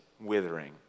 withering